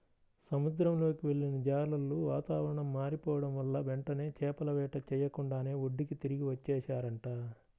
సముద్రంలోకి వెళ్ళిన జాలర్లు వాతావరణం మారిపోడం వల్ల వెంటనే చేపల వేట చెయ్యకుండానే ఒడ్డుకి తిరిగి వచ్చేశారంట